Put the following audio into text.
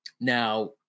Now